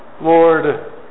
Lord